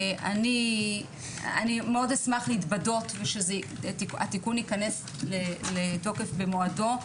אני אשמח להתבדות ושהתיקון ייכנס לתוקף במועדו,